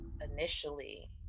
initially